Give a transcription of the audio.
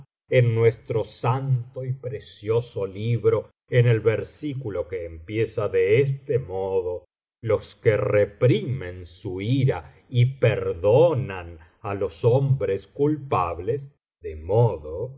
en nuestro santo y precioso libro en el versículo que empieza de este modo los que reprimen su ira y perdonan á los hombres culpables de modo